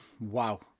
wow